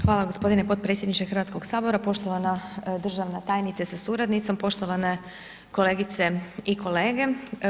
Hvala g. potpredsjedniče Hrvatskog sabora, poštovana državna tajnice sa suradnicom, poštovane kolegice i kolege.